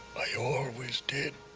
i always did.